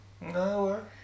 No